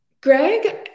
Greg